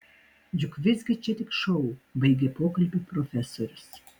juk visgi čia tik šou baigė pokalbį profesorius